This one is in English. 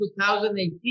2018